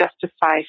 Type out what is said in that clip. justify